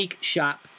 Shop